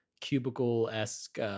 cubicle-esque